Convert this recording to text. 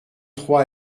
trois